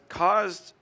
caused